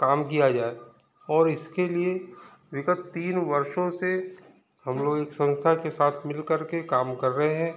काम किया जाए और इसके लिए विगत तीन वर्षों से हम लोग एक संस्था के साथ मिल करके काम कर रहे हैं